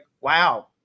wow